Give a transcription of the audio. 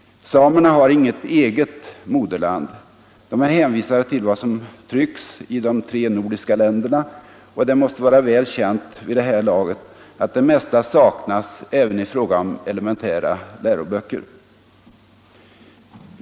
Samerna har inget eger moderland. De är hänvisade till vad som trycks i de tre nordiska länderna, och det måste vara väl känt vid det här laget att det mesta saknas även i fråga om elementära läroböcker.